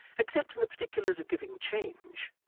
except in the particulars of giving change,